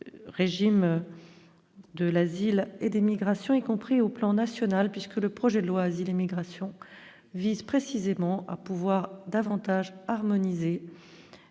régime de l'asile et d'émigration, y compris au plan national, puisque le projet de loi asile immigration vise précisément à pouvoir davantage harmoniser